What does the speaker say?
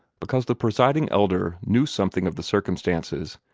because the presiding elder knew something of the circumstances,